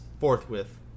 forthwith